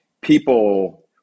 people